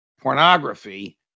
pornography